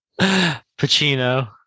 Pacino